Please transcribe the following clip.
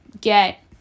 get